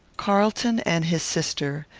carlton and his sister,